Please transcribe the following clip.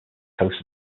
coast